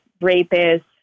rapists